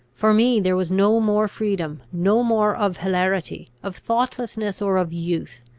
for me there was no more freedom, no more of hilarity, of thoughtlessness, or of youth.